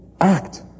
act